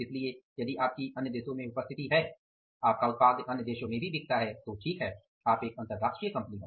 इसलिए यदि आपकी अन्य देशों में उपस्थिति है आपका उत्पाद अन्य देशों में भी बिकता है तो ठीक है आप एक अंतर्राष्ट्रीय कंपनी हैं